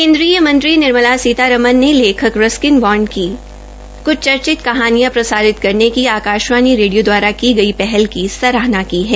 केन्द्रीय मंत्री निर्मला सीतारमन ने लेखक रसकिन बॉड की कुछ चर्चित कहानियां प्रसारित करने की आकाशवाणी रेडियो द्वारा की गई पहल की सराहना की है